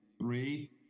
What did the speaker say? three